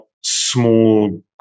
small